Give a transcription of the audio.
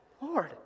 Lord